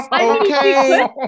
okay